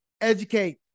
Educate